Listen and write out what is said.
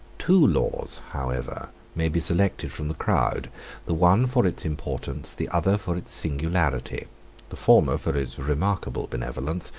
two laws, however, may be selected from the crowd the one for its importance, the other for its singularity the former for its remarkable benevolence,